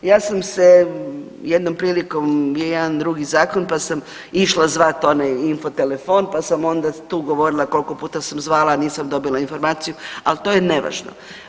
Ja sam se jednom prilikom je jedan drugi zakon pa sam išla zvati onaj info telefon pa sam onda tu govorila koliko puta sam zvala, a nisam dobila informaciju, ali to je nevažno.